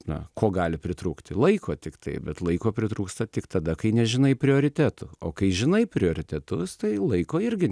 na ko gali pritrūkti laiko tiktai bet laiko pritrūksta tik tada kai nežinai prioritetų o kai žinai prioritetus tai laiko irgi